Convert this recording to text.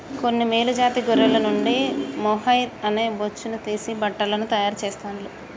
కొన్ని మేలు జాతి గొర్రెల నుండి మొహైయిర్ అనే బొచ్చును తీసి బట్టలను తాయారు చెస్తాండ్లు